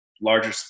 larger